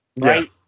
Right